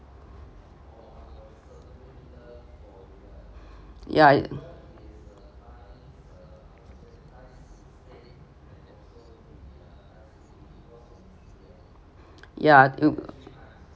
ya ya